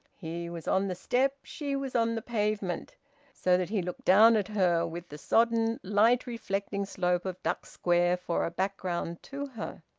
he was on the step, she was on the pavement so that he looked down at her, with the sodden, light-reflecting slope of duck square for a background to her.